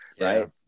Right